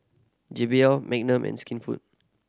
J B L Magnum and Skinfood